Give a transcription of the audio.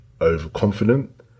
overconfident